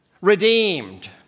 Redeemed